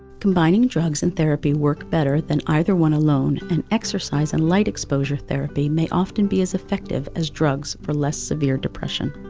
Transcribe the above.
combining drugs and therapy work better than either one alone and exercise and light exposure therapy may often be as effective as drugs for less severe depression.